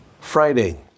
Friday